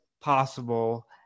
possible